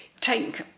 Take